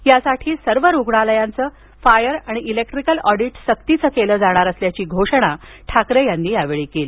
यासाठी सर्व रुग्णालयांचं फायर आणि इलेक्ट्रीकल ऑडीट सक्तीचे केलं जाणार असल्याची घोषणा ठाकरे यांनी यावेळी केली